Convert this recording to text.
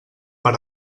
per